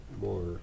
more